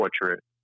portrait